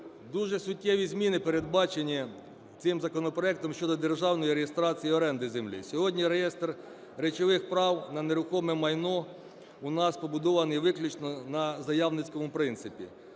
Дуже суттєві зміни передбачені цим законопроектом щодо державної реєстрації оренди землі. Сьогодні реєстр речових прав на нерухоме майно у нас побудований виключно на заявницькому принципі.